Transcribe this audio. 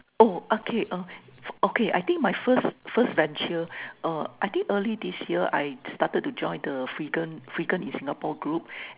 oh okay uh okay I think my first first venture uh I think early this year I started to join the freegan freegan in Singapore group